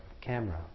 camera